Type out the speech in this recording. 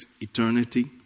eternity